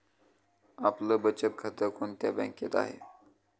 आपलं बचत खातं कोणत्या बँकेत आहे?